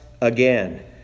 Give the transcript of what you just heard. again